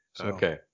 Okay